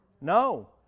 No